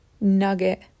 nugget